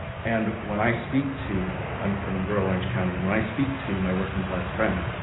and when i speak to, i'm from rural orange county, and when i speak to my working-class friends,